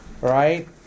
right